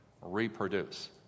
reproduce